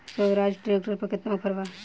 Swaraj tractor पर केतना offer बा?